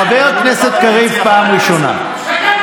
חבר הכנסת קריב, פעם ראשונה.